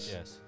Yes